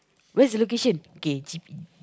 where's the location okay G_P